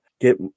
Get